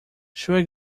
should